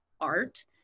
art